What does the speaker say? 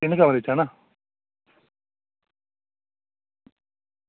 तिन कमरें च ऐना